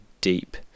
deep